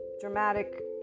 dramatic